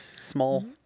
small